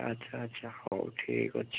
ଆଚ୍ଛା ଆଚ୍ଛା ହଉ ଠିକ୍ ଅଛି